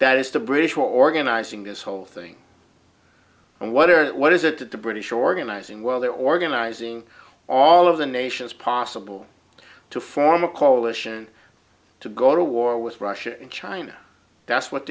that is the british were organizing this whole thing and what is it what is it that the british organizing while they're organizing all of the nations possible to form a coalition to go to war with russia and china that's what